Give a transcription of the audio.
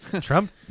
Trump